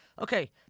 Okay